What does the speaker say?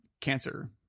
cancer